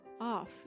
off